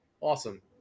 Awesome